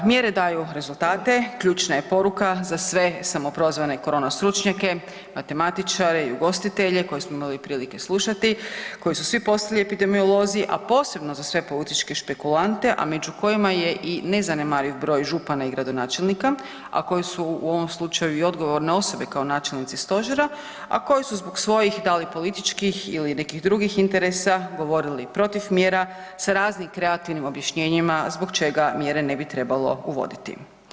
Mjere daju rezultate, ključna je poruka za sve samoprozvane korona stručnjake, matematičare i ugostitelje koje smo imali prilike slušati, koji su svi postali epidemiolozi, a posebno za sve političke špekulante, a među kojima je i nezanemariv broj župana i gradonačelnika, a koji su u ovom slučaju i odgovorne osobe kao načelnici stožera, a koji su zbog svojih da li političkih ili nekih drugih interesa govorili i protiv mjera sa raznim kreativnim objašnjenjima zbog čega mjere ne bi trebalo uvoditi.